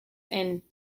and